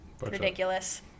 ridiculous